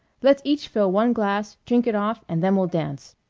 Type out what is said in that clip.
let's each fill one glass, drink it off and then we'll dance.